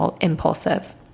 impulsive